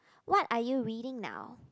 what are you reading now